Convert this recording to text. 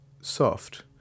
soft